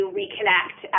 reconnect